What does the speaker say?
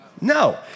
No